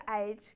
age